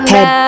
Head